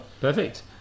perfect